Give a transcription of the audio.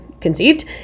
conceived